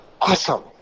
awesome